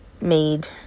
made